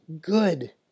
good